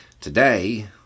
Today